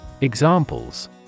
Examples